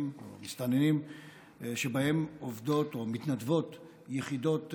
או מסתננים שבהם עובדות או מתנדבות יחידות חיילים,